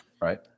Right